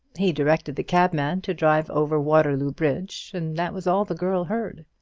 he directed the cabman to drive over waterloo bridge, and that was all the girl heard.